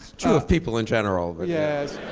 true of people in general. yes.